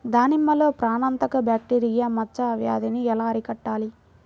దానిమ్మలో ప్రాణాంతక బ్యాక్టీరియా మచ్చ వ్యాధినీ ఎలా అరికట్టాలి?